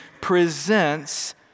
presents